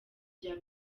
rya